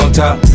top